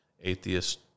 atheist